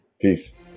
Peace